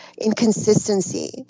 inconsistency